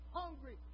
hungry